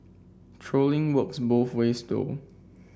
trolling works both ways though